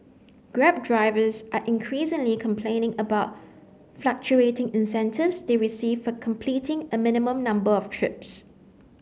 grab drivers are increasingly complaining about fluctuating incentives they receive for completing a minimum number of trips